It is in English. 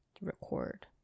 record